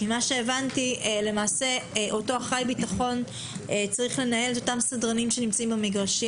הבנתי שאותו אחראי ביטחון צריך לנהל את הסדרנים שנמצאים במגרשים.